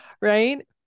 right